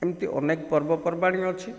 ଏମିତି ଅନେକ ପର୍ବପର୍ବାଣି ଅଛି